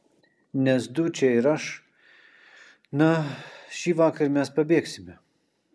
nes dučė ir aš na šįvakar mes pabėgsime